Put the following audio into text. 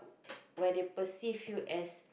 where they perceive you as